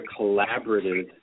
collaborative